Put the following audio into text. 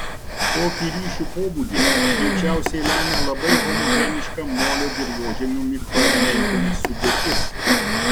tokį ryšių pobūdį greičiausiai lemia labai homogeniška molio dirvožemių mikroelementinė sudėtis